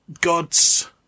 gods